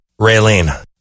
raylene